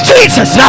Jesus